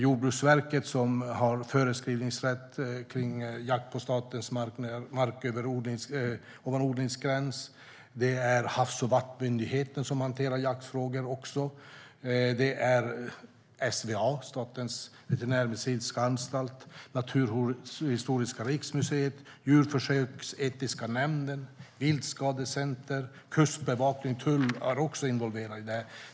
Jordbruksverket har föreskrivningsrätt för jakt på statens mark ovan odlingsgränsen. Havs och vattenmyndigheten hanterar också jaktfrågor. Dessutom är SVA, det vill säga Statens veterinärmedicinska anstalt, Naturhistoriska riksmuseet, Centrala djurförsöksetiska nämnden, Viltskadecenter, Kustbevakningen och tullen involverade i det här.